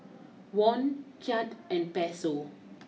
Won Kyat and Peso